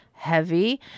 heavy